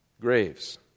graves